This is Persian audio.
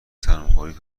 سرماخوردگی